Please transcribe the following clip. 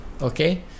okay